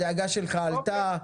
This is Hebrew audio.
הדאגה שלך עלתה,